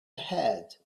ahead